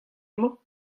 mañ